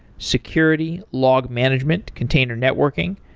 security, log management, container networking,